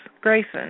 Grayson